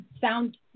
sound